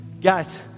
Guys